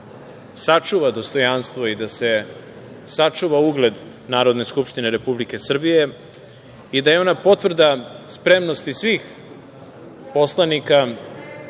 sačuva dostojanstvo i da se sačuva ugled Narodne skupštine Republike Srbije i da je ona potvrda spremnosti svih poslanika